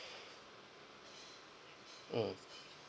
um